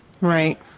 Right